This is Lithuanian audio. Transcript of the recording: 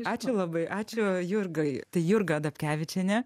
ačiū labai ačiū jurgai tai jurga dapkevičienė